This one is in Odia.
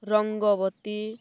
ରଙ୍ଗବତୀ